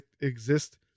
exist